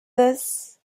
this